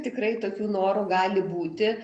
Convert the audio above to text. tikrai tokių norų gali būti